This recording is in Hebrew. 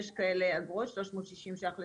יש כאלה אגרות, 360 ש"ח לשעה.